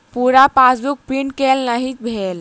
पूरा passbook print केल नहि भेल